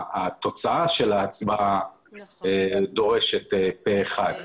התוצאה של ההצבעה דורשת פה אחד.